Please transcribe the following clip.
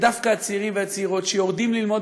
זה דווקא הצעירים והצעירות שיורדים ללמוד